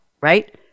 right